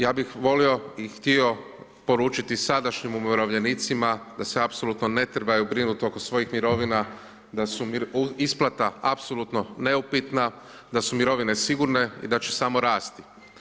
Ja bih volio i htio poručiti sadašnjim umirovljenicima da se apsolutno ne trebaju brinut oko svojih mirovina, da su isplata apsolutno neupitna, da su mirovine sigurne i da će samo rasti.